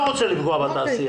אני לא רוצה לפגוע בתעשייה.